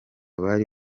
bari